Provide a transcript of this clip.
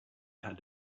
had